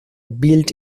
built